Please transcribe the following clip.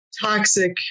toxic